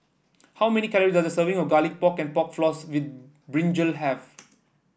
how many calories does a serving of Garlic Pork and Pork Floss with brinjal have